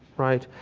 right?